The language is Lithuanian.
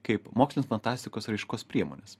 kaip mokslinės fantastikos raiškos priemonės